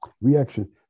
reaction